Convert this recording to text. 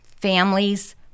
Families